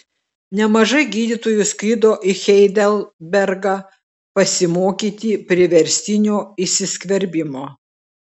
nemažai gydytojų skrido į heidelbergą pasimokyti priverstinio įsiskverbimo